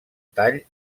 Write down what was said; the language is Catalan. tall